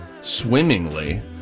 swimmingly